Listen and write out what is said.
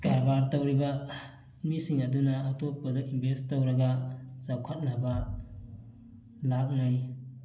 ꯀꯔꯕꯥꯔ ꯇꯧꯔꯤꯕ ꯃꯤꯁꯤꯡ ꯑꯗꯨꯅ ꯑꯇꯣꯞꯄꯗ ꯏꯟꯚꯦꯁ ꯇꯧꯔꯒ ꯆꯥꯎꯈꯠꯅꯕ ꯂꯥꯛꯅꯩ